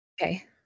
Okay